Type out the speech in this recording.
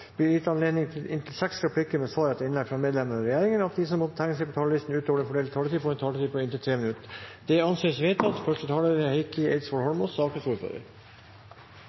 blir gitt anledning til inntil seks replikker med svar etter innlegg fra medlemmer av regjeringen, og at de som måtte tegne seg på talerlisten utover den fordelte taletid, får en taletid på inntil 3 minutter. – Det anses vedtatt.